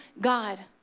God